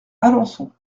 alençon